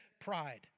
pride